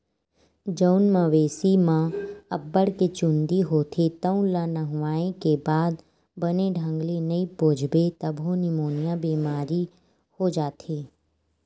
जउन मवेशी म अब्बड़ के चूंदी होथे तउन ल नहुवाए के बाद बने ढंग ले नइ पोछबे तभो निमोनिया बेमारी हो जाथे